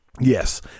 Yes